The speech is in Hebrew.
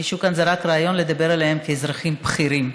מישהו כאן זרק רעיון לדבר עליהם כאזרחים בכירים.